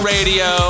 Radio